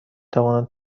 توانم